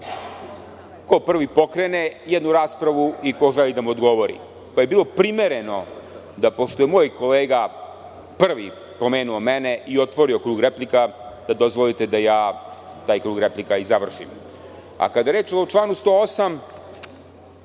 ko prvi pokrene jednu raspravu i ko želi da mu odgovori, pa bi bilo primereno da pošto je moj kolega prvi pomenuo mene i otvorio krug replika, da dozvolite da ja taj krug replika i završim. Kada je reč o članu 108,